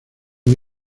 muy